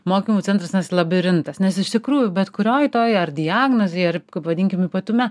mokymų centras vadinasi labirintas nes iš tikrųjų bet kurioj toj ar diagnozėj ar vadinkim ypatume